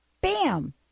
Bam